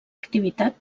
activitat